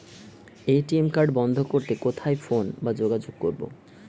ATM card বন্ধ করতে কোথায় ফোন বা যোগাযোগ করব?